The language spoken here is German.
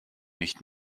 nicht